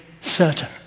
certain